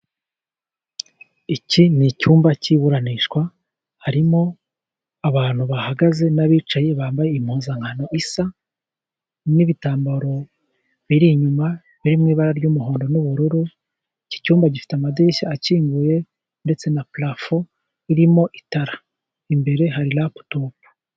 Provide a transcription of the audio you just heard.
Iki ni icyumba kiburanishwa harimo abantu bahagaze n'abicaye bambaye impuzankano isa n'ibitambaro biri inyuma birimo ibara ry'umuhondo n'ubururu. Iki cyumba gifite amadirishya akinguye ndetse na purafo irimo itara imbere hari raputopu.